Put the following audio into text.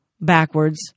backwards